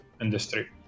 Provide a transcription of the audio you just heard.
industry